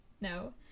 No